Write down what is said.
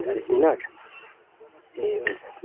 चालिस मिनट ए हुन्छ